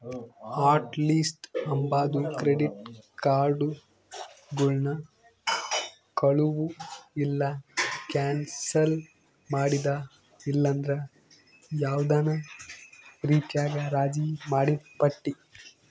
hot list ಅಂಬಾದು credit ಕಾರ್ಡುಗುಳ್ನ ಕಳುವು ಇಲ್ಲ ಕ್ಯಾನ್ಸಲ್ ಮಾಡಿದ ಇಲ್ಲಂದ್ರ ಯಾವ್ದನ ರೀತ್ಯಾಗ ರಾಜಿ ಮಾಡಿದ್ ಪಟ್ಟಿ